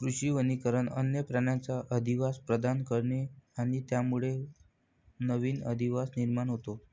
कृषी वनीकरण वन्य प्राण्यांना अधिवास प्रदान करते आणि त्यामुळे नवीन अधिवास निर्माण होतो